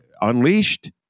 unleashed